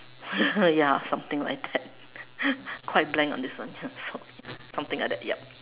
ya something like that quite blank on this one ya so something like that yup